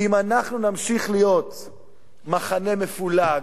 כי אם אנחנו נמשיך להיות מחנה מפולג,